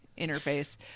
interface